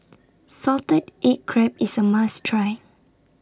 Salted Egg Crab IS A must Try